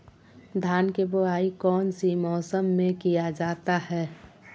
धान के बोआई कौन सी मौसम में किया जाता है?